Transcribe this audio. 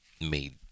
made